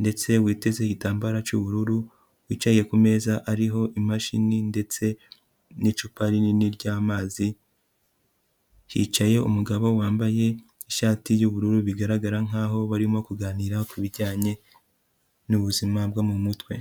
ndetse witeze igitambara cy'ubururu, wicaye kumeza ariho imashini ndetse n'icupa rinini ry'amazi, hicaye umugabo wambaye ishati y'ubururu, bigaragara nkaho barimo kuganira ku bijyanye n'ubuzima bwo mu mutwe.